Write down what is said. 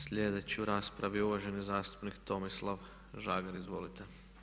Sljedeći u raspravi je uvaženi zastupnik Tomislav Žagar, izvolite.